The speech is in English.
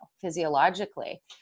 physiologically